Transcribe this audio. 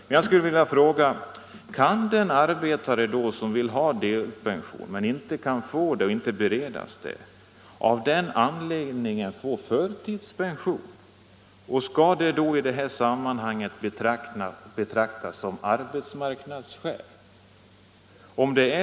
Men jag skulle vilja fråga: Kan den arbetare som vill ha delpension men inte kan beredas sådan, av den anledningen få förtidspension? Skall det då i detta sammanhang betraktas som arbetsmarknadsskäl?